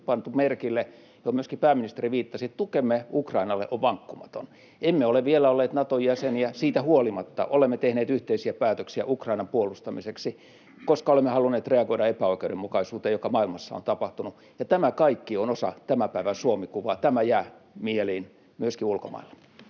pantu merkille, johon myöskin pääministeri viittasi: tukemme Ukrainalle on vankkumaton. Emme ole vielä olleet Naton jäsen, mutta siitä huolimatta olemme tehneet yhteisiä päätöksiä Ukrainan puolustamiseksi, koska olemme halunneet reagoida epäoikeudenmukaisuuteen, joka maailmassa on tapahtunut. Tämä kaikki on osa tämän päivän Suomi-kuvaa. Tämä jää mieliin myöskin ulkomailla.